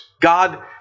God